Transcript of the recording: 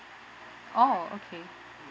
oh okay